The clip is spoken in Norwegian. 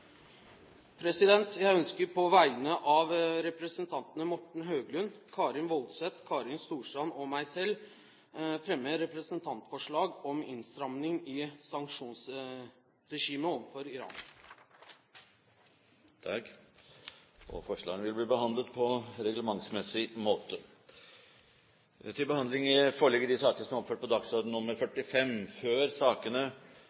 Jeg ønsker på vegne av representantene Morten Høglund, Karin S. Woldseth, Kari Storstrand og meg selv å fremme representantforslag om innstramning i sanksjonsregimet overfor Iran. Forslagene vil bli behandlet på reglementsmessig måte. Før sakene på dagens kart tas opp til behandling,